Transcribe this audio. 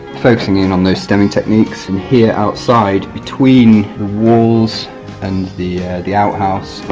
focusing in on those stemming techniques and here outside between the walls and the the outhouse